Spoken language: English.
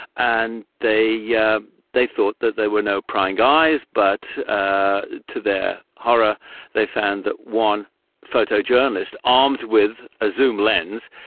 and they yeah they thought that there were no prying eyes, but ah to their horror they found that one photojournalist, armed with a zoom lens,